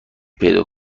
پیدا